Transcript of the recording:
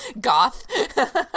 Goth